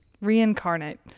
Reincarnate